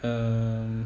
um